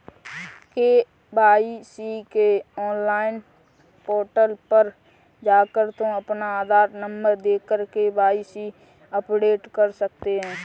KYC के online portal पर जाकर तुम अपना आधार नंबर देकर के.वाय.सी अपडेट कर सकते हो